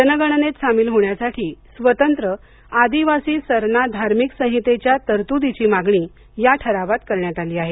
जनगणनेत सामील होण्यासाठी स्वतंत्र आदिवासी सरना धार्मिक संहितेच्या तरतुदीची मागणी या ठरावात करण्यात आली आहे